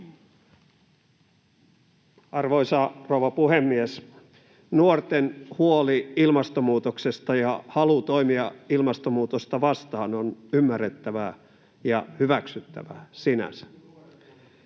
Arvoisa rouva puhemies! Nuorten huoli ilmastonmuutoksesta ja halu toimia ilmastonmuutosta vastaan on ymmärrettävää ja hyväksyttävää sinänsä.